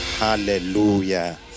Hallelujah